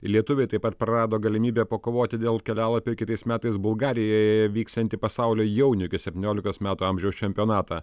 lietuviai taip pat prarado galimybę pakovoti dėl kelialapio į kitais metais bulgarijoje vyksiantį pasaulio jaunių iki septyniolikos metų amžiaus čempionatą